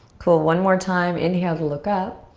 cool, one more time. inhale to look up.